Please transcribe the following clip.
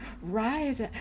rise